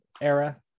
era